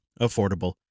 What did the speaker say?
affordable